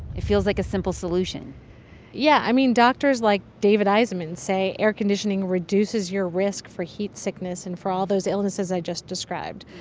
it feels like a simple solution yeah. i mean, doctors like david eisenman say air conditioning reduces your risk for heat sickness and for all those illnesses i just described.